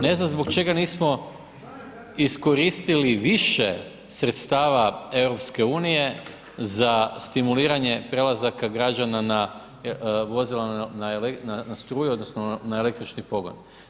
Ne znam zbog čega nismo iskoristili više sredstava EU za stimuliranje prelazaka građana na vozila na struju odnosno na električni pogon.